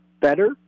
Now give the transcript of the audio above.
better